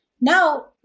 Now